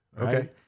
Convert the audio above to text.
Okay